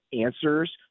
answers